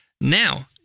Now